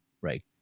Right